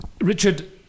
Richard